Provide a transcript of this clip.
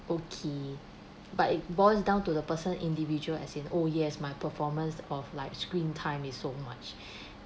okay but it boils down to the person individual as in oh yes my performance of like screen time is so much